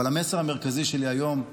אבל המסר המרכזי שלי היום,